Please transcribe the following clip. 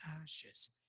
ashes